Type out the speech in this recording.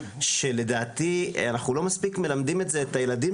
שלדעתי אנחנו לא מספיק מלמדים את הילדים